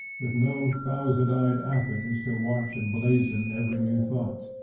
with no thousand-eyed athens to watch and blazon every new thought,